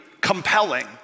compelling